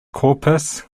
corpus